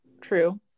true